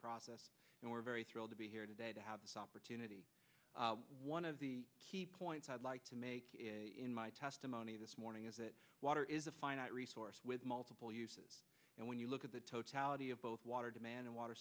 process and we're very thrilled to be here today to have this opportunity one of the key points i'd like to make in my testimony this morning is that water is a finite resource with multiple uses and when you look at the totality of both water demand and water